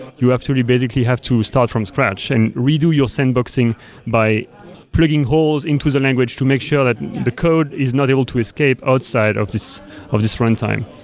you have to to basically have to start from scratch and redo your sandboxing by plugging holes into the language to make sure that the code is not able to escape outside of this of this runtime.